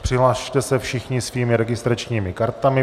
Přihlaste se všichni svými registračními kartami.